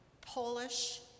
Polish